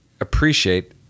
appreciate